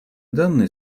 данные